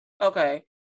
Okay